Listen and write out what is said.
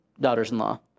daughters-in-law